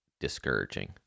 discouraging